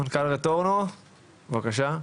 מנכל רטורנו, בבקשה.